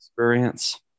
experience